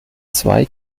zwei